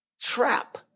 trap